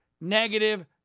negative